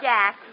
Jack